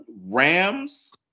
Rams